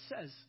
says